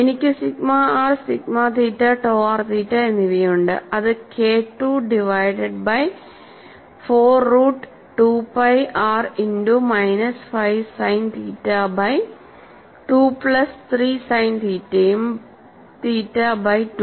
എനിക്ക് sigma R sigma theta tau R theta എന്നിവയുണ്ട് അത് K II divided by 4 root 2 pi R into minus 5 sine theta by two plus 3 sine theta by 2